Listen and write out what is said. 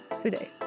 today